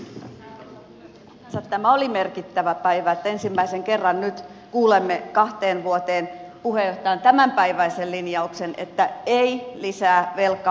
sinänsä tämä oli merkittävä päivä että nyt kuulemme ensimmäisen kerran kahteen vuoteen puheenjohtajan tämänpäiväisen linjauksen että ei lisää velkaa